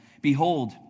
Behold